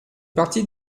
partie